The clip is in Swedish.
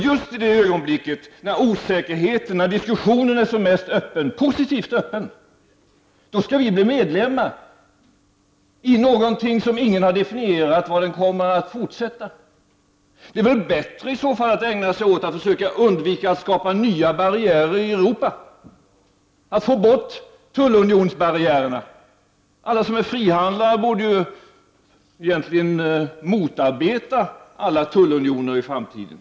Just i det osäkra ögonblicket, när diskussionen är som mest positivt öppen, då krävs att vi skall bli medlemmar i någonting som ingen har definierat hur det kommer att fortsätta. Det är väl i så fall bättre att ägna sig åt att försöka undvika att skapa nya barriärer i Europa. Vi borde försöka få bort tullunionsbarriärerna. Alla som är frihandlare borde egentligen motarbeta alla tullunioner i framtiden.